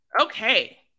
Okay